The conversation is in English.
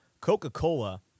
Coca-Cola